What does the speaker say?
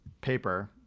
paper